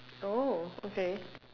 oh okay